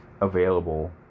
available